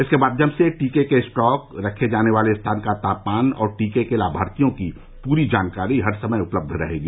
इसके माध्यम से टीके के स्टॉक रखे जाने स्थान का तापमान और टीके के लाभार्थियों की पूरी जानकारी हर समय उपलब्ध रहेगी